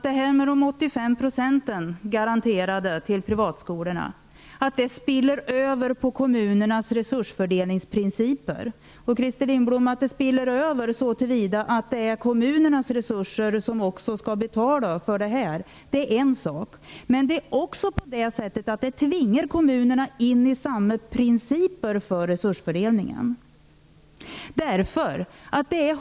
De 85 % i ersättning som privatskolorna garanteras spiller alltså över på kommunernas resursfördelningsprinciper. Att kommunernas resurser också skall användas till det här, Christer Lindblom, är en sak. Men detta tvingar kommunerna till samma principer för resursfördelningen.